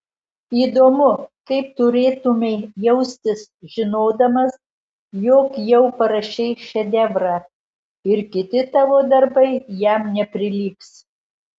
įdomu kaip turėtumei jaustis žinodamas jog jau parašei šedevrą ir kiti tavo darbai jam neprilygs